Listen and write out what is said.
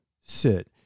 sit